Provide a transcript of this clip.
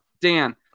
Dan